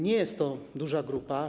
Nie jest to duża grupa.